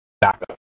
backup